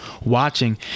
watching